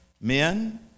Men